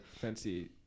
Fancy